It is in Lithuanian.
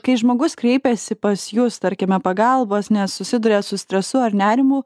kai žmogus kreipiasi pas jus tarkime pagalbos nes susiduria su stresu ar nerimu